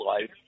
life